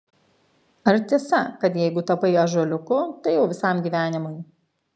ar tiesa kad jeigu tapai ąžuoliuku tai jau visam gyvenimui